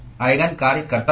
eigen कार्य करता है